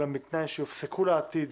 אולם בתנאי שיופסקו לעתיד